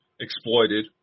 exploited